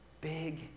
big